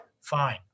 fine